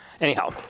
Anyhow